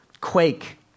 Quake